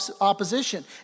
opposition